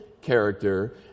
character